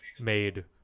made